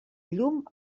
llum